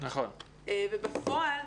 בפועל,